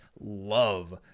love